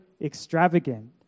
extravagant